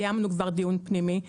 קיימנו כבר דיון פנימי.